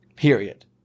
Period